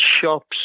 shops